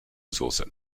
soße